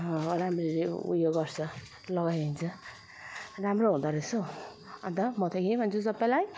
हर हामीले ऊ यो गर्छ लगाइन्छ राम्रो हुँदो रहेछ हो अन्त म त यही भन्छु सबैलाई